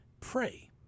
Pray